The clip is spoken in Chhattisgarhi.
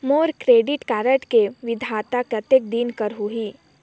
मोर क्रेडिट कारड के वैधता कतेक दिन कर होही?